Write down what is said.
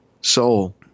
soul